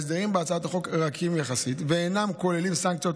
ההסדרים בהצעת החוק רכים יחסית ואינם כוללים סנקציות